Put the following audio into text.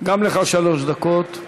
גם לך שלוש דקות.